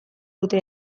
dute